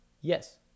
Yes